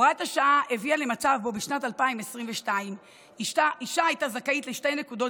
הוראת השעה הביאה למצב שבו בשנת 2022 אישה הייתה זכאית לשתי נקודות